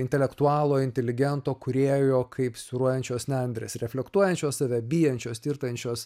intelektualo inteligento kūrėjo kaip siūruojančios nendrės reflektuojančios save bijančios tirtančios